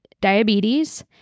diabetes